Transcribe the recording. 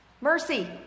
Mercy